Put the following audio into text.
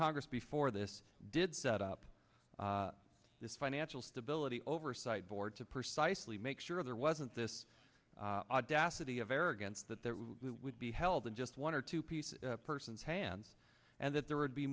congress before this did set up this financial stability oversight board to precisely make sure there wasn't this audacity of arrogance that there would be held in just one or two pieces persons hands and that there would be